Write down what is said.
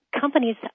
companies